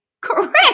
Correct